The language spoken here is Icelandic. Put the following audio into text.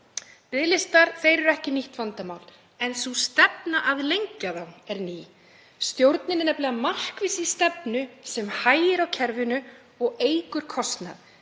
Biðlistar eru ekki nýtt vandamál, en sú stefna að lengja þá er ný. Stjórnin er nefnilega markviss í stefnu sem hægir á kerfinu og eykur kostnað,